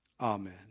Amen